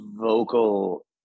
vocal